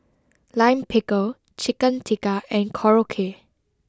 Lime Pickle Chicken Tikka and Korokke